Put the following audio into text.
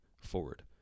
forward